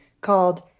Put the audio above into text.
called